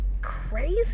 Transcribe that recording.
crazy